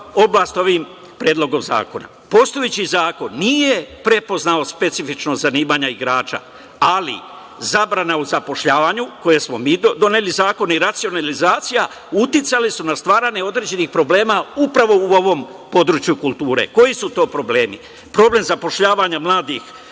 oblast ovim Predlogom zakona. Postojeći zakon nije prepoznao specifičnost zanimanja igrača, ali zabrana u zapošljavanju, koji smo mi doneli zakon, i racionalizacija uticali su na stvaranje određenih problema upravo u ovom području kulture. Koji su to problemi? Problem zapošljavanja mladih